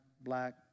black